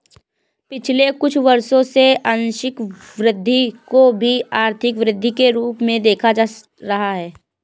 पिछले कुछ वर्षों से आंशिक वृद्धि को भी आर्थिक वृद्धि के रूप में देखा जा रहा है